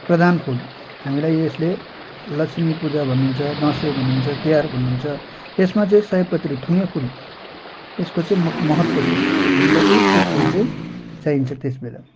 प्रधान फुल हामीलाई यसले लक्ष्मी पूजा भन्नुहुन्छ दसैँ भन्नुहुन्छ तिहार भन्नुहुन्छ यसमा चाहिँ सयपत्री थुँगे फुल यसको चाहिँ मक महत्त्व छ हामीलाई चाहिँ त्यो फुल चाहिँ चाहिन्छ त्यस बेला